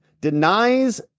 denies